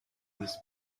this